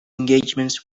engagements